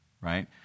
right